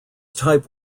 type